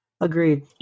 Agreed